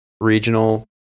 regional